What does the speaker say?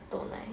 豆奶